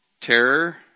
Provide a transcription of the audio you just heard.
terror